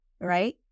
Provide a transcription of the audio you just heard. Right